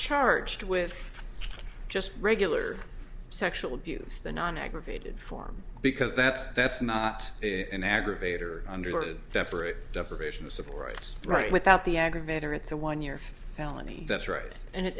charged with just regular sexual abuse the non aggravated form because that's that's not an aggravator under the separate deprivation of civil rights right without the aggravator it's a one year alamy that's right and